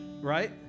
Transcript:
Right